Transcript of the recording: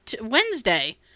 Wednesday